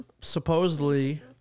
supposedly